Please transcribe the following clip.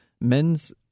men's